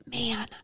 man